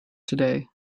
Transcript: today